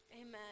Amen